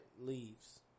leaves